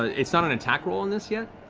it's not an attack roll on this yet,